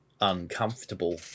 uncomfortable